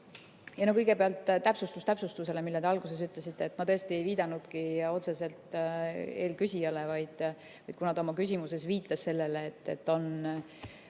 eest! Kõigepealt täpsustus täpsustusele, mille te alguses ütlesite. Ma tõesti ei viidanudki otseselt eelküsijale, vaid kuna ta oma küsimuses viitas sellele, et on